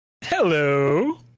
Hello